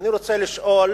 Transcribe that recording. אני רוצה לשאול